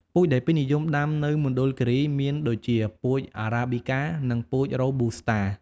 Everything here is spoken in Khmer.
ពូជដែលពេញនិយមដាំនៅមណ្ឌលគិរីមានដូចជា ពូជអារ៉ាប៊ីកា និងពូជរ៉ូប៊ូស្តា។